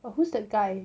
but who's that guy